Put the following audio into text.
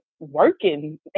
working